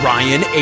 Ryan